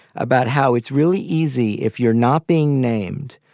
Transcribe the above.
about how it's really easy. if you're not being named,